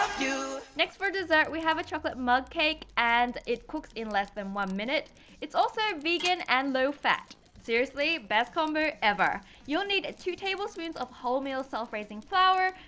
next for dessert we have a chocolate mug cake and it cooks in less than one minute it's also vegan and low-fat. seriously, best combo ever. you'll need two tablespoons of wholemeal self raising flour.